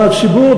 למה הציבור,